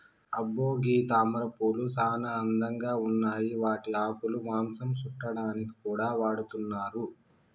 అబ్బో గీ తామరపూలు సానా అందంగా ఉన్నాయి వాటి ఆకులు మాంసం సుట్టాడానికి కూడా వాడతున్నారు